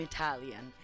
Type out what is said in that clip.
Italian